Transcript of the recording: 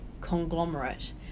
conglomerate